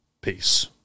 peace